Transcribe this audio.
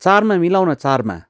चारमा मिलाउ न चारमा